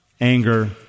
anger